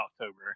october